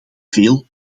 veel